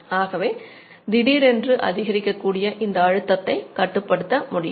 ஆகவே திடீரென்று அதிகரிக்கக்கூடிய இந்த அழுத்தத்தை கட்டுப்படுத்த முடியும்